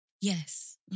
Yes